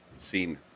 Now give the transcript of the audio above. seen